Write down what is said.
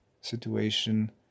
situation